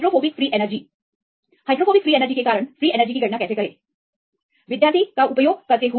hydrophobic free energy के लिए hydrophobic free energy के कारण फ्रीएनर्जी की गणना कैसे करें